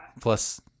plus